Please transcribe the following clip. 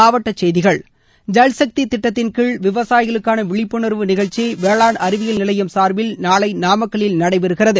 மாவட்டச் செய்திகள் ஜல்சக்தி திட்டத்தின்கீழ் விவசாயிகளுக்கான விழிப்புணர்வு நிகழ்ச்சி வேளாண் அறிவியல் நிலையம் சார்பில் நாளை நாமக்கல்லில் நடைபெறுகிறது